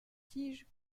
tiges